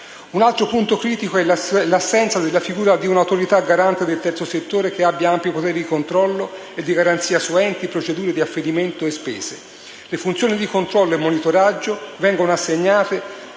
Un altro punto critico è l'assenza della figura di un'autorità garante del terzo settore che abbia ampi poteri di controllo e garanzia su enti, procedure di affidamento e spese. Le funzioni di controllo e monitoraggio vengono assegnate